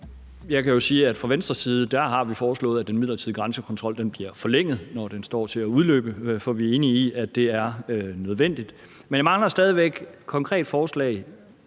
Jeg kan jo sige, at fra Venstres side har vi foreslået, at den midlertidige grænsekontrol bliver forlænget, når den står til at udløbe. For vi er enige i, at det er nødvendigt. Men jeg mangler stadig væk forslag